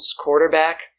quarterback